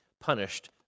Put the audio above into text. punished